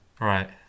Right